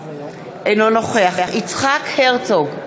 אינו נוכח יצחק הרצוג,